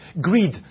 Greed